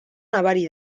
nabari